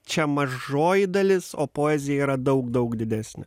čia mažoji dalis o poezija yra daug daug didesnė